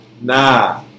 Nah